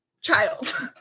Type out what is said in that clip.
child